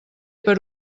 per